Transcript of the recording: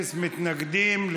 אפס מתנגדים,